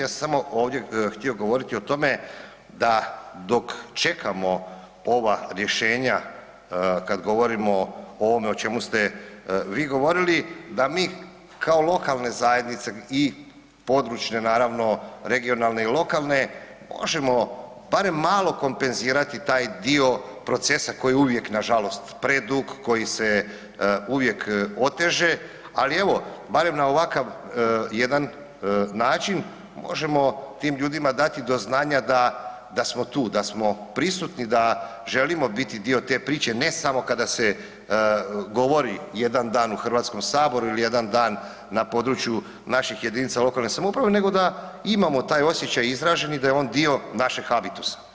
Ja sam samo ovdje htio govoriti o tome da dok čekamo ova rješenje kad govorimo o ovome o čemu ste vi govorili, da mi kao lokalne zajednice i područne naravno, regionalne i lokalne, možemo barem malo kompenzirati taj dio procesa koji je uvijek nažalost predug, koji se uvijek oteže, ali evo barem na ovakav jedan način možemo tim ljudima dati do znanja da, da smo tu, da smo prisutni, da želimo biti dio te priče, ne samo kada se govori jedan dan u HS ili jedan dan na području naših JLS-ova nego da imamo taj osjećaj izražen i da je on dio našeg habitusa.